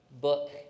book